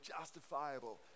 justifiable